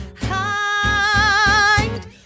hide